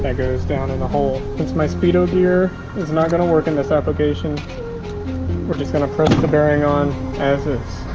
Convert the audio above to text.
goes down in the hole since my speedo gear is not gonna work in this application we're just going to press the bearing on as is.